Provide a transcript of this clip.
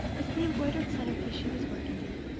it's the embroidered centerpiece she was working at.